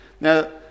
Now